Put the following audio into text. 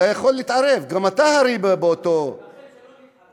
אתה יכול להתערב, גם אתה הרי באותו, לכן לא אתערב.